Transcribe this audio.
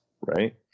right